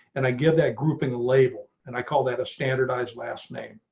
and i give that grouping label and i call that a standardized last name.